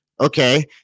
okay